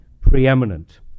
preeminent